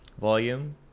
volume